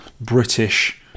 British